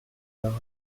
marin